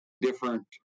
different